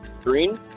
Green